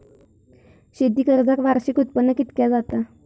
शेती कर्जाक वार्षिक उत्पन्न कितक्या लागता?